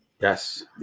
Yes